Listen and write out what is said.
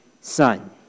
Son